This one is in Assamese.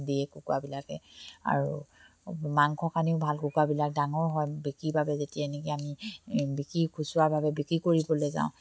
দিয়ে কুকুৰাবিলাকে আৰু মাংস কণীও ভাল কুকৰাবিলাক ডাঙৰ হয় বিক্ৰীৰ বাবে যেতিয়া এনেকে আমি বিক্ৰী খুচুৰাভাৱে বিক্ৰী কৰিবলে যাওঁ